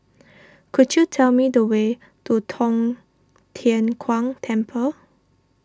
could you tell me the way to Tong Tien Kung Temple